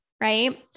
right